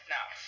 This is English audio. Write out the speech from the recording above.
Now